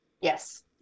Yes